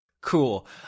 Cool